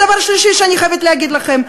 דבר שלישי שאני חייבת להגיד לכם: